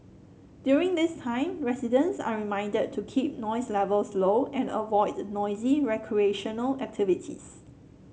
during this time residents are reminded to keep noise levels low and avoid noisy recreational activities